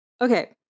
Okay